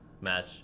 match